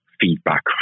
feedback